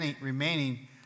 remaining